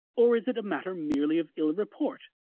or is it a matter merely of ill report,